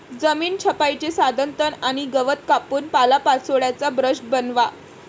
जमीन छपाईचे साधन तण आणि गवत कापून पालापाचोळ्याचा ब्रश बनवा